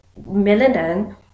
melanin